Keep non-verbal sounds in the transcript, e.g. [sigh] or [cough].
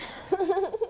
[laughs]